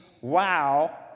wow